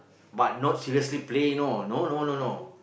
but not seriously play you know no no no no